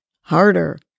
harder